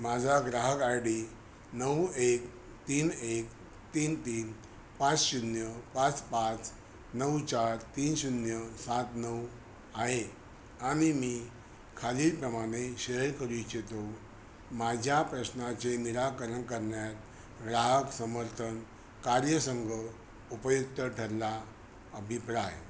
माझा ग्राहक I D नऊ एक तीन एक तीन तीन पाच शून्य पाच पाच नऊ चार तीन शून्य सात नऊ आहे आणि मी खालीलप्रमाणे शेअर करू इच्छितो माझ्या प्रश्नाचे निराकरण करण्यात ग्राहक समर्थन कार्यसंघ उपयुक्त ठरला अभिप्राय